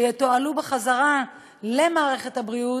שיתועלו בחזרה למערכת הבריאות,